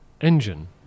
engine